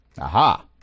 Aha